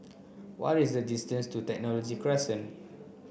what is the distance to Technology Crescent